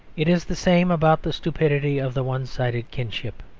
it is the same about the stupidity of the one-sided kinship.